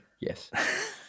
Yes